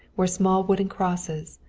where small wooden crosses,